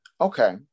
Okay